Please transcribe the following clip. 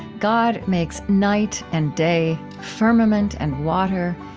god makes night and day, firmament and water,